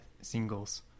singles